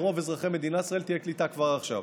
לרוב אזרחי מדינת ישראל תהיה קליטה כבר עכשיו.